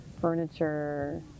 furniture